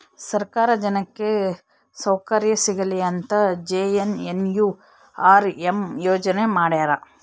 ಸರ್ಕಾರ ಜನಕ್ಕೆ ಸೌಕರ್ಯ ಸಿಗಲಿ ಅಂತ ಜೆ.ಎನ್.ಎನ್.ಯು.ಆರ್.ಎಂ ಯೋಜನೆ ಮಾಡ್ಯಾರ